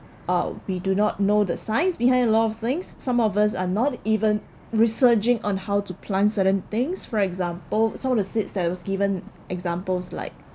uh we do not know the science behind a lot of things some of us are not even researching on how to plant certain things for example someone who sits there was given examples like